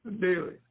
daily